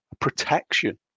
protection